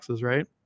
right